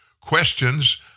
questions